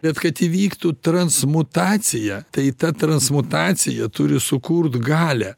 bet kad įvyktų transmutacija tai ta transmutacija turi sukurt galią